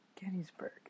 Gettysburg